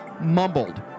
mumbled